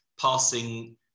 passing